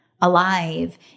alive